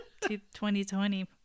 2020